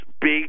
big